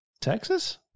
Texas